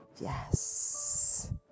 yes